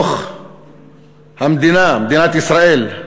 בתוך המדינה, מדינת ישראל,